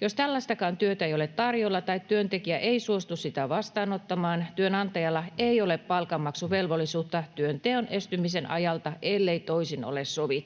Jos tällaistakaan työtä ei ole tarjolla tai työntekijä ei suostu sitä vastaanottamaan, työnantajalla ei ole palkanmaksuvelvollisuutta työnteon estymisen ajalta, ellei toisin ole sovittu.